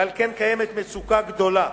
ועל כן קיימת מצוקה גדולה